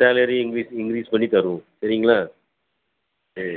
salary increase increase பண்ணித்தருவோம் சரிங்களா சரி